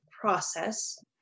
process